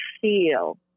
feel